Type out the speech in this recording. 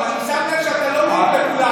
אני שם לב שאתה לא מעיר לכולם.